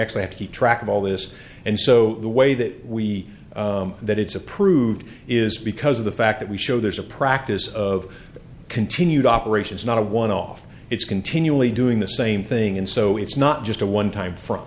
actually have to keep track of all this and so the way that we that it's approved is because of the fact that we show there's a practice of continued operations not a one off it's continually doing the same thing and so it's not just a one time fro